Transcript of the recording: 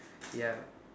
yup